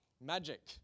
magic